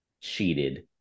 cheated